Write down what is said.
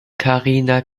karina